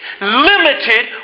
limited